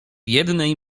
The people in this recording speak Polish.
jednej